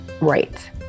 Right